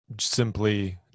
simply